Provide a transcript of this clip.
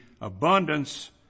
abundance